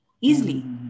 easily